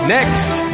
Next